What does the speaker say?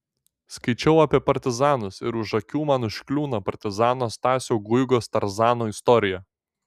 skaičiau apie partizanus ir už akių man užkliūna partizano stasio guigos tarzano istorija